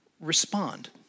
Respond